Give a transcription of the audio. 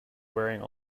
wearing